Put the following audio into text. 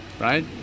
right